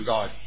God